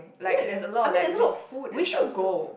really I mean there's a lot of food and stuff too